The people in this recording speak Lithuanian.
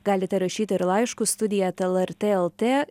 galite rašyt ir laiškus studija eta lrt lt